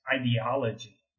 ideology